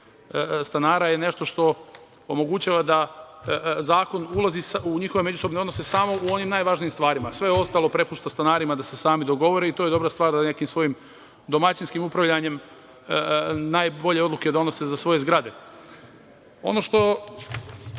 stanara je nešto što omogućava da zakon ulazi u njihove međusobne odnose samo u onim najvažnijim stvarima, sve ostalo prepušta stanarima da se sami dogovore i to je dobra stvar da nekim svojim domaćinskim upravljanjem najbolje odluke donose za svoje zgrade. Ono što